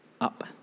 up